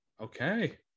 Okay